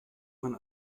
man